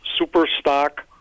superstock